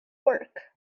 work